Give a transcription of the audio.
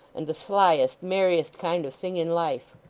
and the slyest, merriest kind of thing in life.